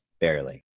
barely